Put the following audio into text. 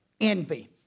envy